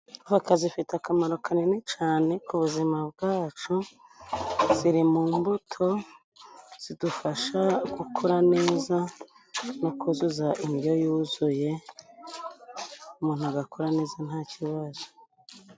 Voka zifite akamaro kanini cyane ku buzima bwacu, ziri mu mbuto zidufasha gukura neza, mu kuzuza indyo yuzuye umuntu agakura neza nta kibazo.